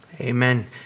Amen